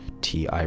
TI